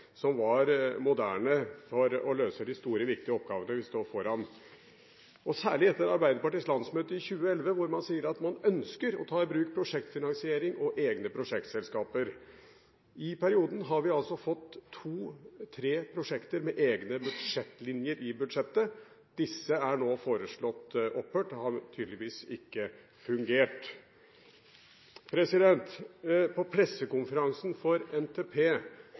som er moderne, for å kunne løse de store og viktige oppgavene vi står overfor, særlig etter Arbeiderpartiets landsmøte i 2011, der man sa at man ønsker å ta bruk prosjektfinansiering og egne prosjektselskaper. I perioden har vi altså fått to–tre prosjekter med egne budsjettlinjer i budsjettet. Disse er nå foreslått opphørt – det har tydeligvis ikke fungert. På pressekonferansen for NTP